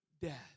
death